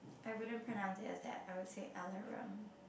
I wouldn't pronounce it as that I would say